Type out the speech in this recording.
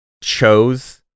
chose